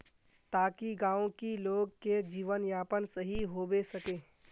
ताकि गाँव की लोग के जीवन यापन सही होबे सके?